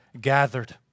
gathered